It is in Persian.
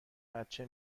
بچه